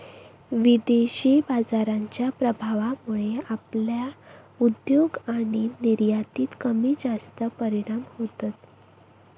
विदेशी बाजाराच्या प्रभावामुळे आपल्या उद्योग आणि निर्यातीत कमीजास्त परिणाम होतत